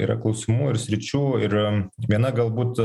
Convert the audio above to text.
yra klausimų ir sričių ir viena galbūt